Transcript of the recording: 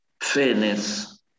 fairness